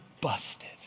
busted